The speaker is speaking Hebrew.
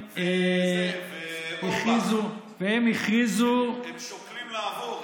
והם הכריזו, הם שוקלים לעבור.